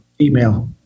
email